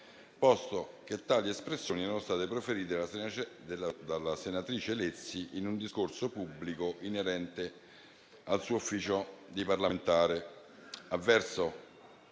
posto che tali espressioni erano state proferite dalla senatrice Lezzi in un discorso pubblico inerente al suo ufficio di parlamentare.